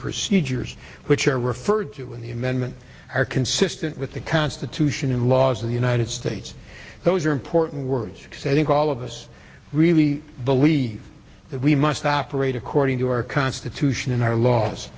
procedures which are referred to in the amendment are consistent with the constitution and laws of the united states those are important words said all of us really believe that we must operate according to our constitution and our laws